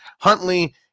Huntley